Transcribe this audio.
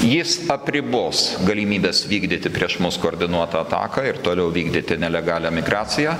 jis apribos galimybes vykdyti prieš mus koordinuotą ataką ir toliau vykdyti nelegalią migraciją